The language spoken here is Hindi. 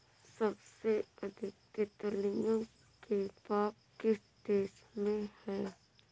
सबसे अधिक तितलियों के बाग किस देश में हैं?